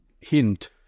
hint